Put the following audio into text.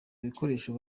bikoresho